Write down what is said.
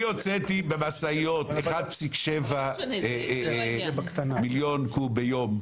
אני הוצאתי במשאיות 1.7 מיליון קוב ביום.